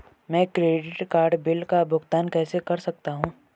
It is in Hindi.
मैं क्रेडिट कार्ड बिल का भुगतान कैसे कर सकता हूं?